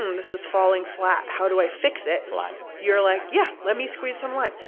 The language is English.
um this is falling flat. how do i fix it? lime you're like yeah. let me squeeze some lime.